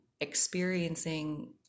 experiencing